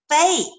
fake